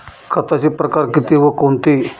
खताचे प्रकार किती व कोणते?